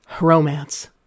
Romance